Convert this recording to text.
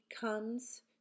comes